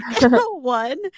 one